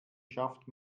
schafft